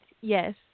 Yes